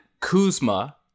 kuzma